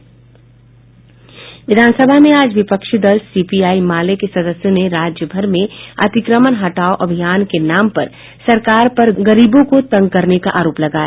विधानसभा में आज विपक्षी दल सीपीआई माले के सदस्यों ने राज्य भर में अतिक्रमण हटाओ अभियान के नाम पर सरकार पर गरीबों को तंग करने और उजारने का आरोप लगाया